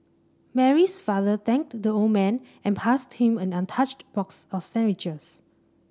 Mary's father thanked the old man and passed him an untouched box of sandwiches